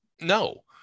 No